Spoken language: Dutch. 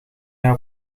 hij